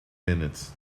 minutes